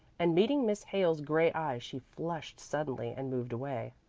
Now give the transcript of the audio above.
and meeting miss hale's gray eyes she flushed suddenly and moved away.